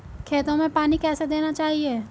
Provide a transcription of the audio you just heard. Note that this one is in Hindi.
खेतों में पानी कैसे देना चाहिए?